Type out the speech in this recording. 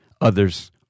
others